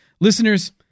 Listeners